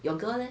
your girl leh